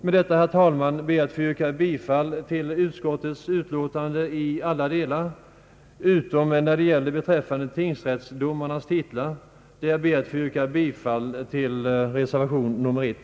Med det anförda, herr talman, ber jag att få yrka bifall till utskottets utlåtande i alla delar utom när det gäller tingsrättsdomarnas titlar där jag ber att få yrka bifall till reservation 1.